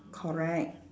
correct